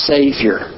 Savior